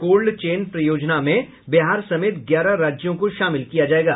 cold chain परियोजना में बिहार समेत ग्यारह राज्यों को शामिल किया जायेगा